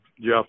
Jeff